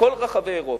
בכל רחבי אירופה.